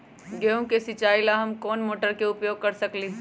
गेंहू के सिचाई ला हम कोंन मोटर के उपयोग कर सकली ह?